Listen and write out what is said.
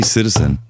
Citizen